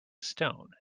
stone